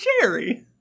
Jerry